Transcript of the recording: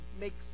makes